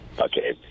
Okay